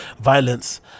violence